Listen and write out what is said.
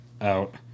out